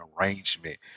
arrangement